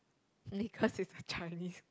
because he's a Chinese